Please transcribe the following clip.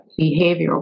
behavioral